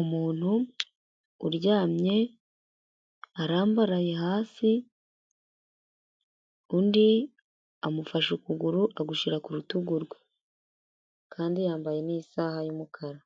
Umuntu uryamye arambaraye hasi, undi amufashe ukuguru agushyira ku rutugu rwe, kandi yambaye n'isaha y'umukara,